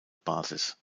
basis